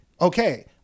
okay